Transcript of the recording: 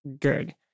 good